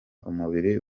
umubiri